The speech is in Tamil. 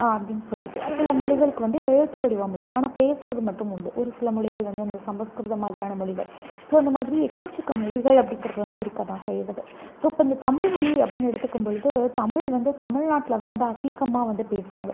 அப்டின்னு சொல்லிட்டு சில மொழிகளுக்கு வந்து எழுத்து வடிவம் இல்லை ஆனால் பேசுறது மட்டும் உண்டு ஒரு சில மொழிகள் வந்து இந்த சமஸ்கிருதம் மாதிரியான மொழிகள் ஸோ இந்த மாதிரி எக்கச்சக்க மொழிகள் அப்படிங்கிறது வந்து இருக்க தான் செய்கிறது ஸோ இப்போ இந்த தமிழ்மொழி அப்படின்னு எடுத்துக்கும்பொழுது தமிழ் வந்து தமிழ்நாட்டில தான் வந்து அதிகமாக வந்து பேசுறாங்க